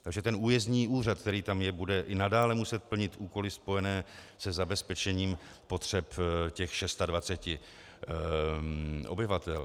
Takže ten újezdní úřad, který tam je, bude i nadále muset plnit úkoly spojené se zabezpečením potřeb těch 26 obyvatel.